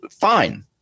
Fine